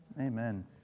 Amen